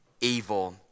evil